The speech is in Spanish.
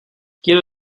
quiero